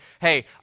hey